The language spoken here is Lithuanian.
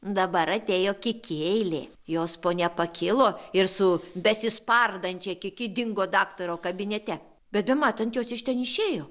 dabar atėjo kiki eilė jos ponia pakilo ir su besispardančia kiki dingo daktaro kabinete bet bematant jos iš ten išėjo